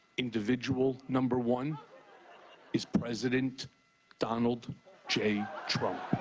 individual number one is president donald j. trump.